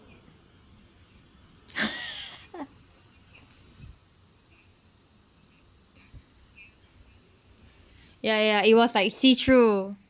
ya ya it was like see through